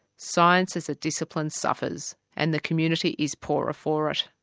science as a discipline suffers and the community is poorer for it.